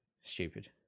stupid